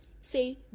say